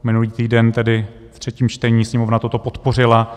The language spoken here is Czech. Minulý týden tedy v třetím čtení Sněmovna toto podpořila.